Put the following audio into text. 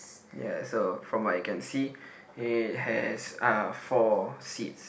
ya so from what I can see it has uh four seats